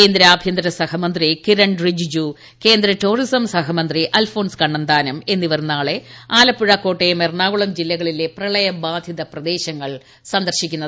കേന്ദ്ര ആഭ്യന്തര സഹമന്ത്രി കിരൺ റിജ്ജു കേന്ദ്ര ടൂറിസം സഹമന്ത്രി അൽഫോൺസ് കണ്ണന്താനം എന്നിവർ നാളെ ആലപ്പുഴ കോട്ടയം എറണാകുളം ജില്ലകളിലെ പ്രളയബാധിത പ്രദേശങ്ങളാണ് സന്ദർശിക്കുന്നത്